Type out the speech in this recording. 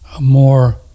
more